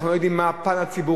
אנחנו לא יודעים מה הפן הציבורי,